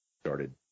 Started